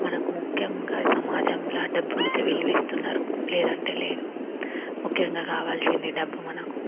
మనకు ముఖ్యంగా ఈ సమాజంలో డబ్బుంటే విలువ ఇస్తున్నారు లేదంటే లేదు ముఖ్యంగా కావాల్సింది డబ్బు మనకు